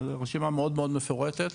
רשימה מאוד מאוד מפורטת,